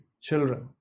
children